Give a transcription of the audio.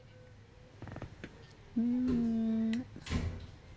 mm